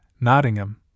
Nottingham